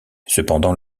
cependant